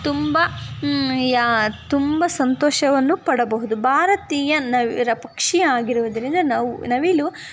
ತುಂಬ ಯಾ ತುಂಬ ಸಂತೋಷವನ್ನು ಪಡಬಹುದು ಭಾರತೀಯ ನವಿ ರ ಪಕ್ಷಿ ಆಗಿರುವುದರಿಂದ ನವ ನವಿಲು